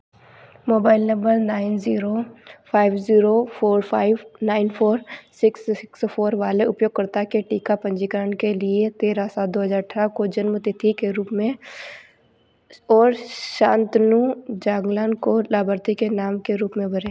mobile number nine zero five zero four five nine four six six four वाले उपयोगकर्ता के टीका पंजीकरण के लिए तेरह सात दो अठारह को जन्म तिथि के रूप में और शांतनु जागलान को लाभार्थी के नाम के रूप में भरें